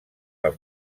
als